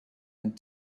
and